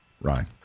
Ryan